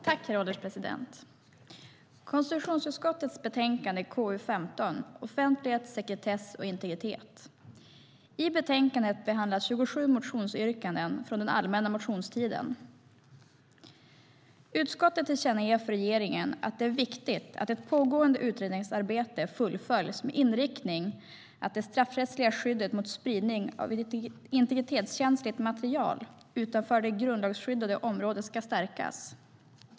Herr ålderspresident! Vi debatterar nu konstitutionsutskottet betänkande KU15 Offentlighet, sekretess och integritet . I betänkandet behandlas 27 motionsyrkanden från den allmänna motionstiden. Utskottet tillkännager för regeringen att det är viktigt att ett pågående utredningsarbete fullföljs med inriktning att det straffrättsliga skyddet mot spridning av integritetskänsligt material utanför det grundlagsskyddade området ska stärkas.